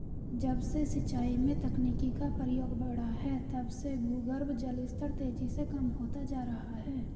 जब से सिंचाई में तकनीकी का प्रयोग बड़ा है तब से भूगर्भ जल स्तर तेजी से कम होता जा रहा है